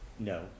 No